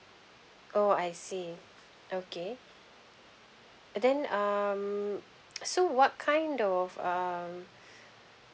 oo I see okay then um so what kind of um